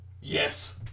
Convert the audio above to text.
Yes